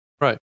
Right